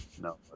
No